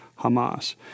Hamas